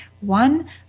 one